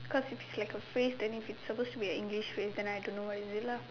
cause if it's like a phrase then if it's supposed to be an English phrase then I don't know what is it lah